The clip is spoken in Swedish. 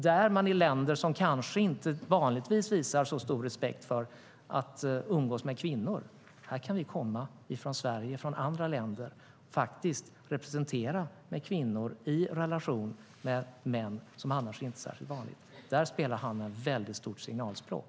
När det gäller länder som kanske inte vanligtvis visar så stor respekt i fråga om att umgås med kvinnor kan vi komma från Sverige och från andra länder och representera med kvinnor i relation med män, som annars inte är särskilt vanligt. Där har handeln ett stort signalspråk.